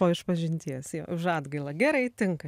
po išpažinties jo už adgailą gerai tinka